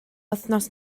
wythnos